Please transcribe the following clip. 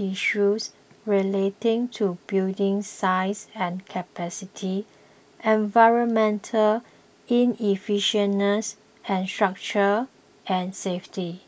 issues relating to building size and capacity environmental inefficiencies and structure and safety